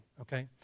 Okay